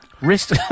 Wrist